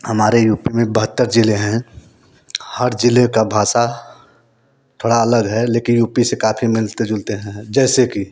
हमारे U P में बहत्तर ज़िले हैं हर ज़िले का भाषा थोड़ा अलग है लेकिन यू पी से काफ़ी मिलते जुलते हैं जैसे की